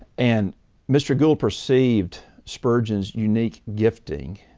and mr. gould perceived spurgeon's unique gifting.